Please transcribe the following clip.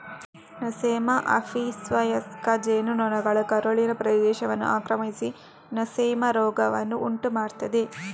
Nosema ಆಪಿಸ್ವಯಸ್ಕ ಜೇನು ನೊಣಗಳ ಕರುಳಿನ ಪ್ರದೇಶವನ್ನು ಆಕ್ರಮಿಸಿ ನೊಸೆಮಾ ರೋಗವನ್ನು ಉಂಟು ಮಾಡ್ತದೆ